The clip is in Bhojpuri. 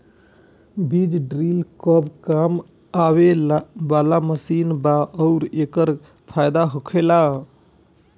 बीज ड्रील कब काम आवे वाला मशीन बा आऊर एकर का फायदा होखेला?